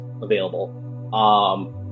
available